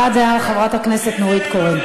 הבעת דעה, חברת הכנסת נורית קורן.